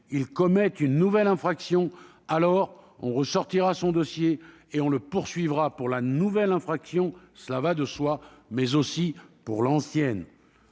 il commet une nouvelle infraction, on ressortira son dossier et on le poursuivra au titre de la nouvelle infraction- cela va de soi -, mais aussi de l'ancienne.